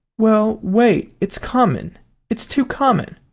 well, wait it's common it's too common.